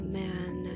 man